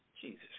Jesus